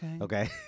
Okay